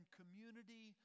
community